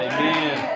Amen